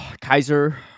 Kaiser